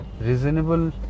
reasonable